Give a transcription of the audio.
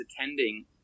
attending